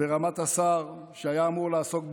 ברמת השר, שהיה אמור לעסוק במדיניות.